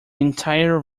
entire